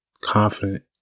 confident